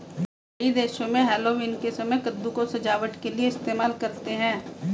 कई देशों में हैलोवीन के समय में कद्दू को सजावट के लिए इस्तेमाल करते हैं